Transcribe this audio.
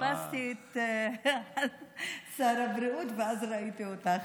חיפשתי את שר הבריאות ואז ראיתי אותך.